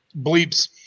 bleeps